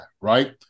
right